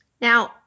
Now